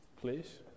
Please